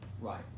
right